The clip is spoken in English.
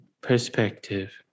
Perspective